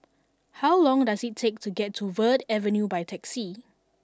how long does it take to get to Verde Avenue by taxi